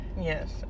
Yes